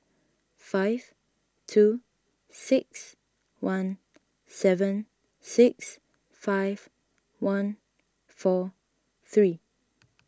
five two six one seven six five one four three